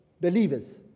believers